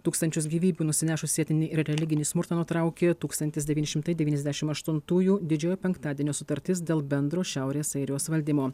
tūkstančius gyvybių nusinešusį etninį ir religinį smurtą nutraukė tūkstantis devyni šimtai devyniasdešimt aštuntųjų didžiojo penktadienio sutartis dėl bendro šiaurės airijos valdymo